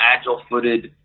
agile-footed